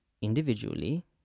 individually